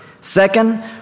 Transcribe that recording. Second